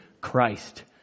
Christ